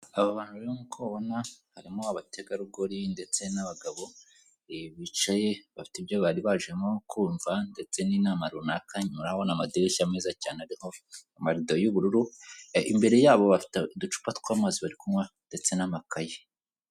Aba bantu nkuko ubabona harimo abategarugori ndetse n'abagabo bicaye bafite ibyo bari bajemo kumva ndetse n'inama runaka inyuma urabona amadirishya meza cyane ari mu marido y'ubururu imbere yabo bafite uducupa tw'amazi ndetse n'amakayi.